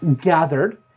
gathered